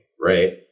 right